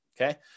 okay